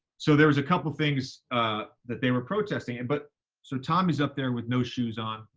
so there was a couple of things that they were protesting, and but so tom is up there with no shoes on,